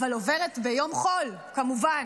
אבל עוברת ביום חול, כמובן.